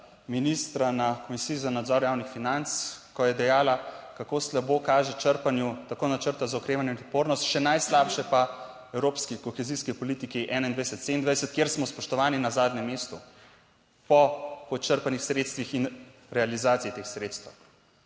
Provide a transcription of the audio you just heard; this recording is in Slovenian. ministra na Komisiji za nadzor javnih financ, ko je dejala, kako slabo kaže črpanju tako Načrta za okrevanje in odpornost, še najslabše pa evropski kohezijski politiki 2021-2027, kjer smo spoštovani, na zadnjem mestu, po počrpanih sredstvih in realizaciji teh sredstev.